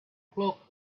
clock